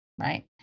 Right